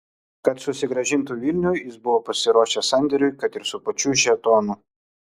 kad susigrąžintų vilnių jis buvo pasiruošęs sandėriui kad ir su pačiu šėtonu